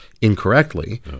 incorrectly